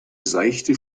seichte